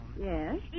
Yes